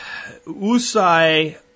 Usai